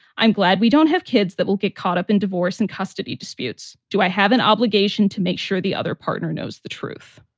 i'm glad we don't have kids that will get caught up in divorce and custody disputes. do i have an obligation to make sure the other partner knows the truth?